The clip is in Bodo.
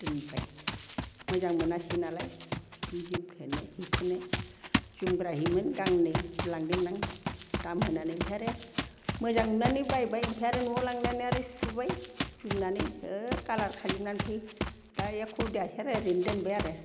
दोनबाय मोजां मोनासै नालाय बे सिखौनो हिखौनो जुमग्रा हिमोन गांनै लांदोंमोन आं दाम होनानै ओमफ्राय आरो मोजां नुनानै बायबाय ओमफ्राय आरो न'आव लांनानै आरो सुबाय सुनानै कालार खारजोबनानै फैयो दा एख' उदायासै आरो ओरैनो दोनबाय आरो